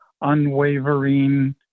unwavering